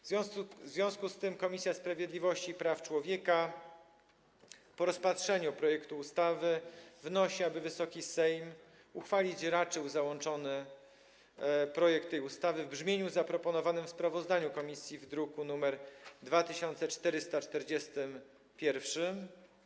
W związku z tym Komisja Sprawiedliwości i Praw Człowieka po rozpatrzeniu projektu ustawy wnosi, aby Wysoki Sejm uchwalić raczył projekt tej ustawy w brzmieniu zaproponowanym w sprawozdaniu komisji z druku nr 2441.